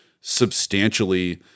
substantially